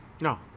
No